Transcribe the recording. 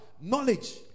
Knowledge